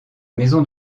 maison